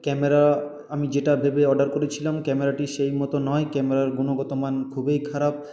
camera আমি যেটা ভেবে অর্ডার করেছিলাম কমেরটি সেই মত নয় ক্যামেরার গুণগত মান খুবই খারাপ